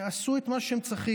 ועשו את מה שהם צריכים.